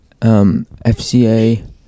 FCA